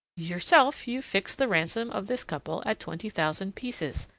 yourself you've fixed the ransom of this couple at twenty thousand pieces,